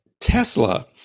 Tesla